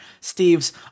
Steve's